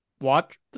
Watch